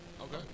Okay